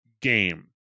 game